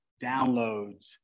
downloads